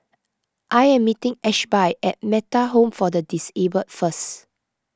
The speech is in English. I am meeting Ashby at Metta Home for the Disabled first